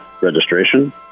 registration